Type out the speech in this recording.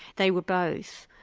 they were both.